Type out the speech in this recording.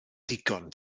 ddigon